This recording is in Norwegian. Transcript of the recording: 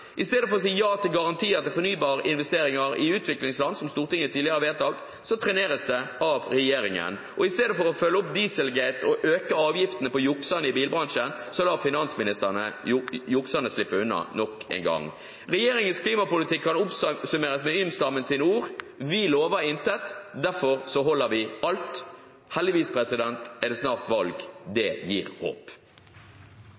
I stedet for å si ja til garantier til fornybarinvesteringer i utviklingsland, som Stortinget tidligere har vedtatt, treneres det av regjeringen. I stedet for å følge opp «dieselgate» og øke avgiftene for jukserne i bilbransjen, lar finansministeren jukserne slippe unna nok en gang. Regjeringens klimapolitikk kan oppsummeres med Ym-Stammens ord: «Vi lover intet, derfor holder vi alt.» Heldigvis er det snart valg. Det